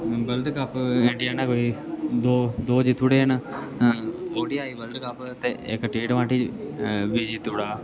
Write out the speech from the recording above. world cup India ने बी दो दो जीत ओड़े न O D I world cup ते इक टी ट्वेंटी बी जित्तू ओड़ा